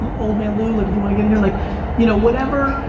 old man lou, like if you wanna get in here, like you know whatever,